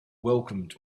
welcomed